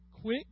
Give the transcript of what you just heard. quick